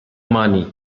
money